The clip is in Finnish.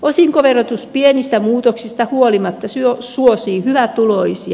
osinkoverotus pienistä muutoksista huolimatta suosii hyvätuloisia